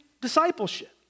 discipleship